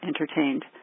entertained